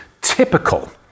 typical